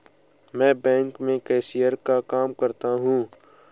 मैं बैंक में कैशियर का काम करता हूं